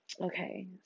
okay